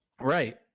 right